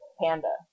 Panda